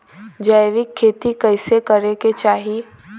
जैविक खेती कइसे करे के चाही?